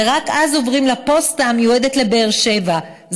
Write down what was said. ורק אז עוברים לפוסטה המיועדת לבאר שבע,